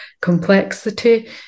complexity